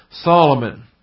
Solomon